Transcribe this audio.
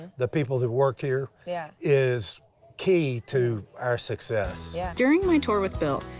the people who work here, yeah is key to our success. yeah. during my tour with bill,